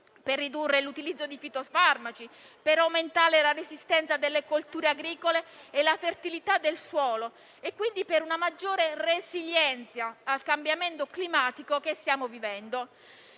per ridurre l'utilizzo di fitofarmaci, per aumentare la resistenza delle colture agricole e la fertilità del suolo e, quindi, per una maggiore resilienza al cambiamento climatico che stiamo vivendo.